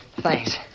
Thanks